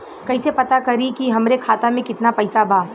कइसे पता करि कि हमरे खाता मे कितना पैसा बा?